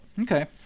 Okay